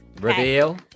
Reveal